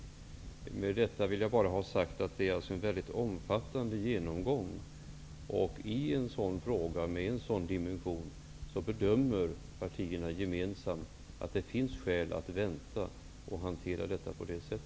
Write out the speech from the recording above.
Med detta vill jag ha sagt att det är en mycket omfattande genomgång. Partierna har gemensamt bedömt att det i en fråga av denna dimension finns skäl att vänta och hantera frågan på detta sätt.